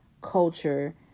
culture